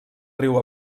riu